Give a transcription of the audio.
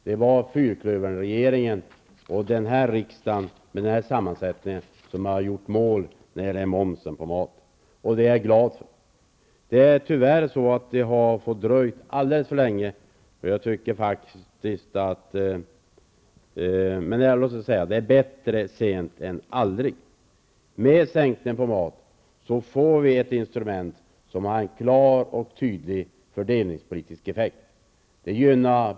Det var fyrklöverregeringen och den här riksdagen som gjorde mål beträffande momsen på maten, och det är jag glad för. Tyvärr har det dröjt alldeles för länge, men det är bättre sent än aldrig. Genom sänkningen av momsen på mat får vi ett instrument som har en klar och tydlig fördelningspolitisk effekt.